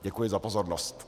Děkuji za pozornost.